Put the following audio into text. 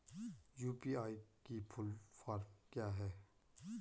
UPI की full form क्या है?